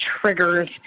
triggers